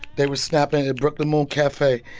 they were snapping at brooklyn moon cafe.